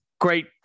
Great